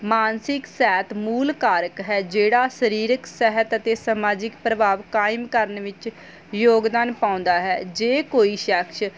ਮਾਨਸਿਕ ਸਹਿਤ ਮੂਲ ਕਾਰਕ ਹੈ ਜਿਹੜਾ ਸਰੀਰਕ ਸਹਿਤ ਅਤੇ ਸਮਾਜਿਕ ਪ੍ਰਭਾਵ ਕਾਇਮ ਕਰਨ ਵਿੱਚ ਯੋਗਦਾਨ ਪਾਉਂਦਾ ਹੈ ਜੇ ਕੋਈ ਸ਼ਖਸ